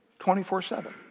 24-7